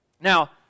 now